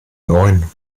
neun